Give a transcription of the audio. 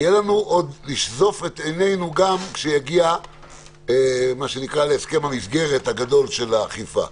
נשזוף את עינינו גם כשנגיע להסכם המסגרת הגדול של האכיפה.